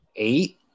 Eight